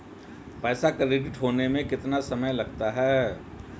पैसा क्रेडिट होने में कितना समय लगता है?